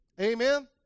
Amen